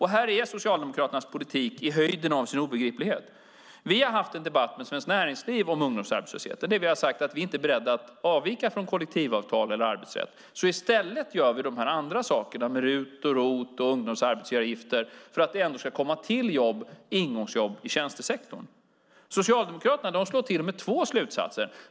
Här är Socialdemokraternas politik på höjden av sin obegriplighet. Vi har haft en debatt med Svenskt Näringsliv om ungdomsarbetslösheten, där vi har sagt att vi inte är beredda att avvika ifrån kollektivavtal eller arbetsrätt. I stället gör vi dessa andra saker - RUT, ROT och ungdomsarbetsgivaravgifter - så att det ändå ska komma till ingångsjobb i tjänstesektorn. Socialdemokraterna slår till med två slutsatser.